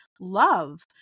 love